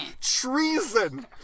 Treason